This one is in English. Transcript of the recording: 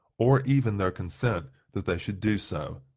or even their consent that they should do so.